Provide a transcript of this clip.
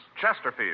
Chesterfield